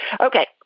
Okay